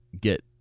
get